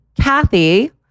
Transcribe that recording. Kathy